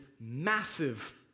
massive